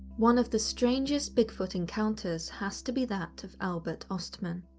one of the strangest bigfoot encounters has to be that of albert ostman.